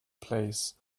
place